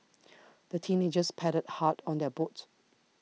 the teenagers paddled hard on their boat